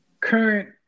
current